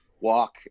walk